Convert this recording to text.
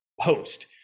post